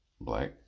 black